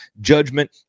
judgment